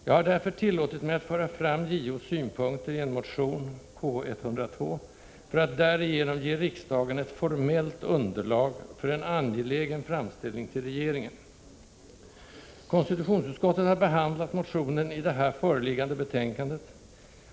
Jag har därför tillåtit mig att föra fram JO:s synpunkter i en motion — K102 — för att därigenom ge riksdagen ett formellt underlag för en angelägen framställning till regeringen. Konstitutionsutskottet har behandlat motionen i det här föreliggande betänkandet.